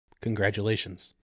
Congratulations